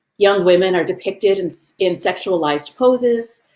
young women are depicted and so in sexualized poses,